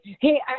hey